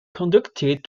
conducted